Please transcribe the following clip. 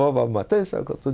o va matai sako tu